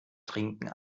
trinken